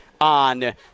on